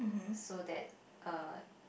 so that uh